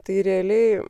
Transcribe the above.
tai realiai